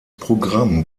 programm